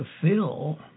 fill